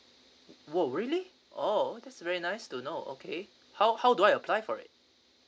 !wow! really oh that's very nice to know okay how how do I apply for it